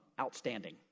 Outstanding